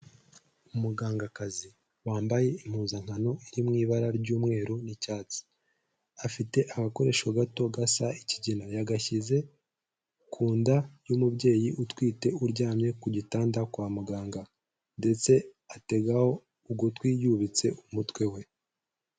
Umugangakazi wambaye impuzankano iri mu ibara ry'umweru n'icyatsi, afite agakoresho gato gasa ikigina, yagashyize ku nda y'umubyeyi utwite uryamye ku gitanda kwa muganga ndetse ategaho ugutwi yubitse umutwe we.